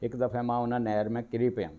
हिकु दफ़े मां हुन नेहर में किरी पियुमि